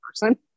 person